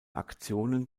aktionen